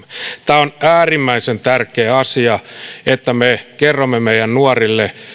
tämä on äärimmäisen tärkeä asia että me kerromme meidän nuorille